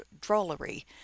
drollery